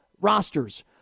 rosters